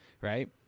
right